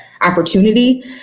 opportunity